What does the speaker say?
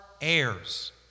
heirs